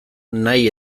nahi